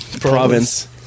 province